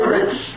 rich